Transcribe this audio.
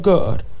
God